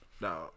No